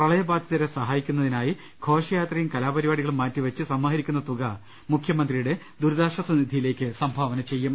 പ്രളയബാധിതരെ സഹാ യിക്കുന്നതിനായി ഘോഷയാത്രയും കലാപരിപാടികളും മാറ്റിവെച്ച് സമാഹരിക്കു ന്ന തുക മുഖ്യമന്ത്രിയുടെ ദുരിതാശ്ചാസനിധിയിലേക്ക് സംഭാവന ചെയ്യും